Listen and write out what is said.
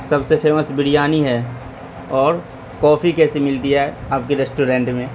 سب سے فیمس بریانی ہے اور کافی کیسے ملتی ہے آپ کے ریسٹورنٹ میں